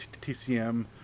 tcm